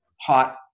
hot